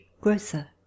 grocer